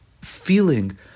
feeling